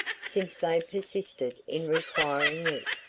since they persisted in requiring it.